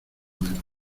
menos